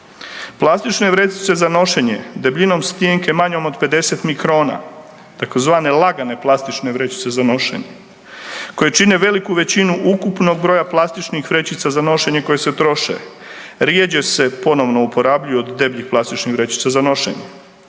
Plastične vrećice za nošenje debljinom stjenke manjom od 50 mikrona tzv. lagane plastične vrećice za nošenje koje čine veliku većinu ukupnog broja plastičnih vrećica za nošenje koje se troše, rjeđe se ponovno uporabljuju od debljih plastičnih vrećica za nošenje.